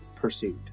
pursued